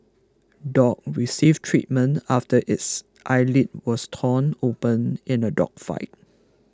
dog receives treatment after its eyelid was torn open in a dog fight